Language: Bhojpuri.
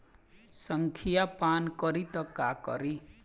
संखिया पान करी त का करी?